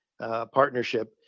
partnership